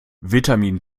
vitamin